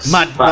Mad